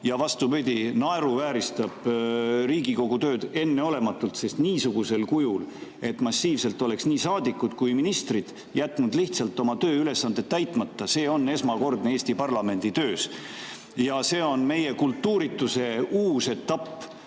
ja, vastupidi, naeruvääristab Riigikogu tööd enneolematult. Sest niisugusel kujul, et massiivselt oleks nii saadikud kui ka ministrid jätnud lihtsalt oma tööülesanded täitmata, on see Eesti parlamendi töös esmakordne. See on meie kultuurituse uus etapp